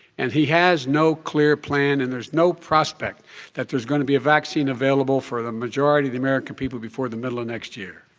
and he has no clear plan, and there's no prospect that there's going to be a vaccine available for the majority of the american people before the middle of next year.